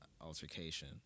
altercation